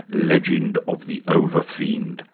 legend of the overfiend,